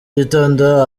gitondo